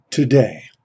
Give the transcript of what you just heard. today